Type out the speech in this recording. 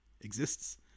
exists